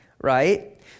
Right